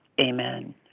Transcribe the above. Amen